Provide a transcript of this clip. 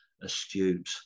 astute